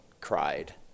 cried